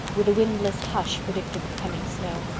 with a windless hush predictive of coming snow.